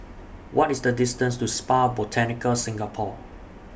What IS The distance to Spa Botanica Singapore